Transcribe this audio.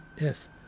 Yes